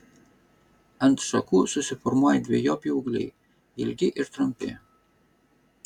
ant šakų susiformuoja dvejopi ūgliai ilgi ir trumpi